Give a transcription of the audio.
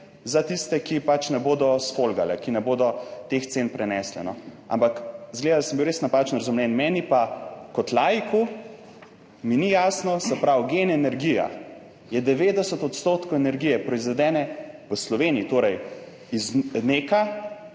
za tiste, ki pač ne bodo zmogli, ki ne bodo prenesli teh cen, ampak zgleda sem bil res napačno razumljen. Meni pa kot laiku ni jasno, se pravi, GEN energija je 90 odstotkov energije, proizvedene v Sloveniji, torej iz NEK,